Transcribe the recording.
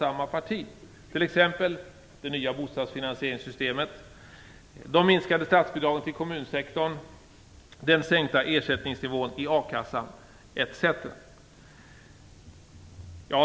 Det gäller t.ex. det nya bostadsfinanseringssystemet, de minskade statsbidragen till kommunsektorn och den sänkta ersättningsnivån i a-kassan.